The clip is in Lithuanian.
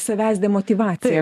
savęs demotyvacija